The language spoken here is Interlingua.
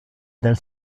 del